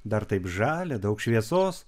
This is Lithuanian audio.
dar taip žalia daug šviesos